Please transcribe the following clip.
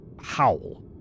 howl